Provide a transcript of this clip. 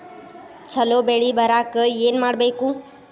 ಛಲೋ ಬೆಳಿ ಬರಾಕ ಏನ್ ಮಾಡ್ಬೇಕ್?